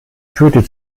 führte